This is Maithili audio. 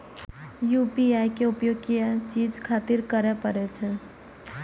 यू.पी.आई के उपयोग किया चीज खातिर करें परे छे?